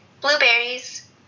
Blueberries